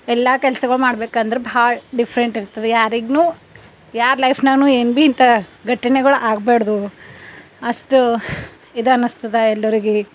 ಎಲ್ಲ ಕೆಲ್ಸಗಳ್ ಮಾಡ್ಬೇಕಂದ್ರೆ ಭಾಳ ಡಿಫ್ರೆಂಟ್ ಇರ್ತದೆ ಯಾರಿಗು ಯಾರ ಲೈಫ್ನಲ್ಲೂ ಏನು ಬಿ ಇಂಥ ಘಟನೆಗಳ್ ಆಗಬಾಡ್ದು ಅಷ್ಟು ಇದು ಅನಿಸ್ತದ ಎಲ್ಲರಿಗೆ